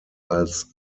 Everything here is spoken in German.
als